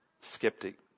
skeptic